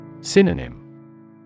Synonym